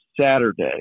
Saturday